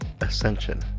Ascension